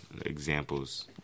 examples